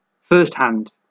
firsthand